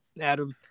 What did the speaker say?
Adam –